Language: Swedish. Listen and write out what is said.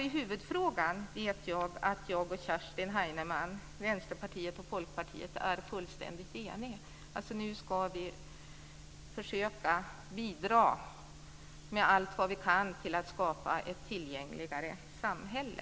I huvudfrågan vet jag att jag och Kerstin Heinemann, Vänsterpartiet och Folkpartiet, är fullständigt eniga. Nu ska vi försöka bidra med allt vi kan för att skapa ett tillgängligare samhälle.